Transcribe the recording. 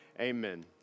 amen